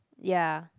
ya